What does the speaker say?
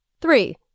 Three